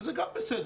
וזה גם בסדר.